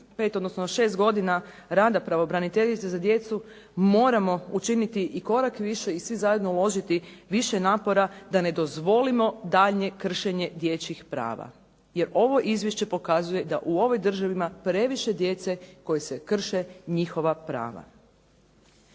odnosno šest godina rada pravobraniteljice za djecu moramo učiniti i korak više i svi zajedno uložiti više napora da ne dozvolimo daljnje kršenje dječjih prava jer ovo izvješće pokazuje da u ovoj državi ima previše djece kojima se krše njihova prava.